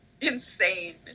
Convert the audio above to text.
insane